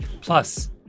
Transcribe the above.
Plus